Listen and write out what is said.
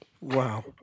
Wow